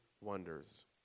wonders